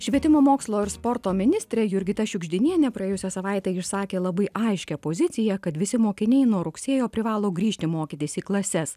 švietimo mokslo ir sporto ministrė jurgita šiugždinienė praėjusią savaitę išsakė labai aiškią poziciją kad visi mokiniai nuo rugsėjo privalo grįžti mokytis į klases